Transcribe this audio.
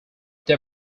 they